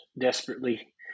desperately